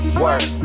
work